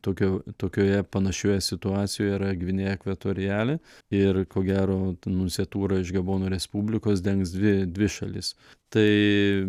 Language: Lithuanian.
tokio tokioje panašioje situacijoje yra gvinėja kvetoriali ir ko gero nunciatūra iš gabono respublikos dengs dvi dvi šalis tai